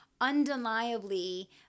undeniably